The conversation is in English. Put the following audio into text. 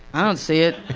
ah don't see it